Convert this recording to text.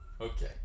Okay